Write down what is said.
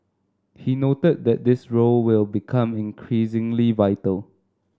he noted that this role will become increasingly vital